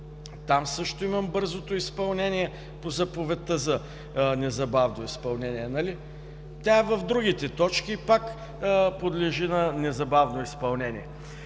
Там също има бързо изпълнение по заповедта за незабавно изпълнение. Нали? Тя е в другите точки и пак подлежи на незабавно изпълнение.